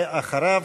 ואחריו,